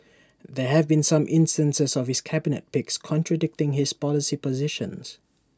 there have been some instances of his cabinet picks contradicting his policy positions